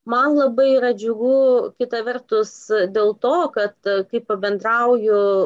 man labai yra džiugu kita vertus dėl to kad kai pabendrauju